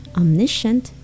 omniscient